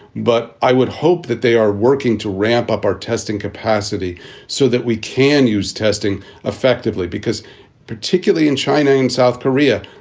but i would hope that they are working to ramp up our testing capacity so that we can use testing effectively, because particularly in china and south korea,